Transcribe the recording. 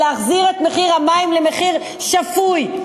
ולהחזיר את מחיר המים למחיר שפוי,